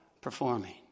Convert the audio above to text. performing